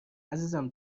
عزیزم